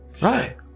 Right